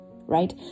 right